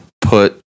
put